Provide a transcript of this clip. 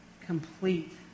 complete